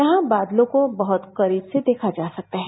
यहां बादलों को बहुत करीब से देखा जा सकता है